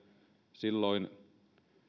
silloin